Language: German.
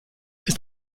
ist